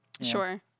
Sure